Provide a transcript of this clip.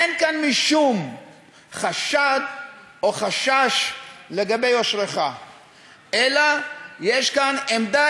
אין כאן משום חשד או חשש לגבי יושרך אלא יש כאן עמדה